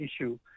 issue